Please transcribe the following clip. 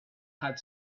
had